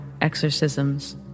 exorcisms